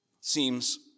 seems